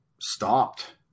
stopped